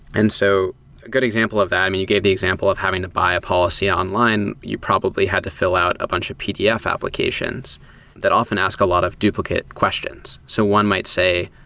and so a good example of that, i mean, you gave the example of having to buy a policy online. you probably had to fill out a bunch of pdf applications that often ask a lot of duplicate questions. so one might say,